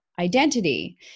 identity